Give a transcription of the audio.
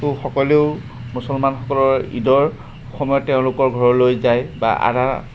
সকলেও মুছলমানসকলৰ ঈদৰ সময়ত তেওঁলোকৰ ঘৰলৈ যায় বা আদা